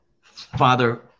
Father